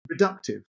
reductive